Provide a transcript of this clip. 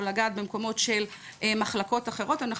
או לגעת במקומות של מחלקות אחרות אנחנו